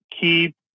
Keep